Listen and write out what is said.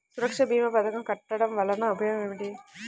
సురక్ష భీమా పథకం కట్టడం వలన ఉపయోగం ఏమిటి?